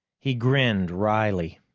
he grinned wryly.